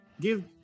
give